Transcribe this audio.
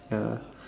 ya